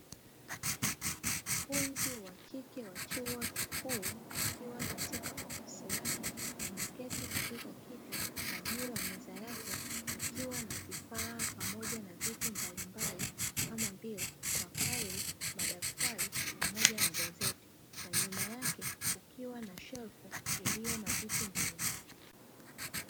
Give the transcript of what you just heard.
Mkufunzi wa kike wa chuo kikuu akiwa katika ofisi yake ameketi katika kiti na juu ya meza yake kukiwa na vifaa pamoja na vitu mbalimbali kama vile mafaili, madaftari pamoja na gazeti na nyuma yake kukiwa na shelfu iliyo na vitu mbalimbali.